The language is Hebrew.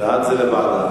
הנושא לוועדה